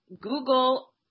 Google